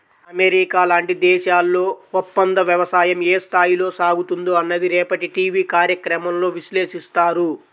America లాంటి దేశాల్లో ఒప్పందవ్యవసాయం ఏ స్థాయిలో సాగుతుందో అన్నది రేపటి టీవీ కార్యక్రమంలో విశ్లేషిస్తారు